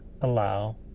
allow